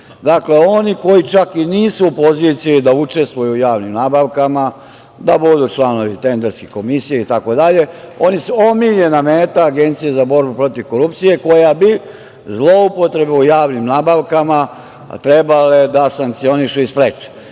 oni koji čak i nisu u poziciji da učestvuju u javnim nabavkama, da budu članovi tenderske komisije itd, oni su omiljena meta Agencije za borbu protiv korupcije koja bi zloupotrebu u javnim nabavkama trebala je da sankcioniše i spreči.